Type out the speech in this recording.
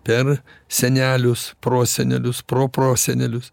per senelius prosenelius proprosenelius